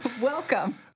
Welcome